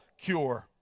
cure